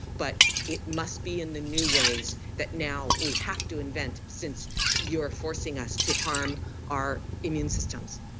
but it must be in the new ways that now we have to invent since you're forcing us to harm our immune systems,